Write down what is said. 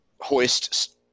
hoist